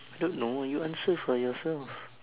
don't know you answer for yourself